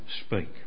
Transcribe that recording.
speak